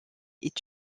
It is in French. est